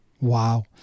Wow